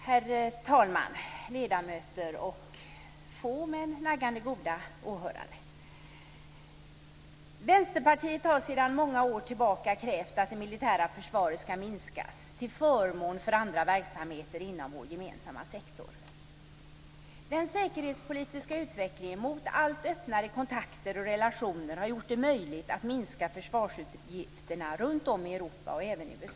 Herr talman, ledamöter och få men naggande goda åhörare! Vänsterpartiet har sedan många år tillbaka krävt att det militära försvaret skall minskas till förmån för andra verksamheter inom vår gemensamma sektor. Den säkerhetspolitiska utvecklingen mot allt öppnare kontakter och relationer har gjort det möjligt att minska försvarsutgifterna runt om i Europa och även i USA.